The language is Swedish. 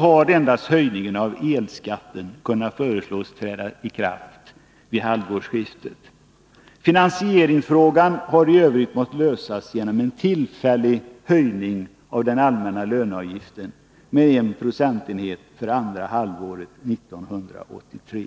har endast höjningen av elskatten kunnat föreslås träda i kraft vid halvårsskiftet. Finansieringsfrågan har i övrigt måst lösas genom en tillfällig höjning av den allmänna löneavgiften med en procentenhet för andra halvåret 1983.